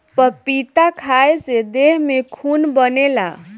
पपीता खाए से देह में खून बनेला